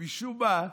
ומשום מה,